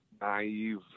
naive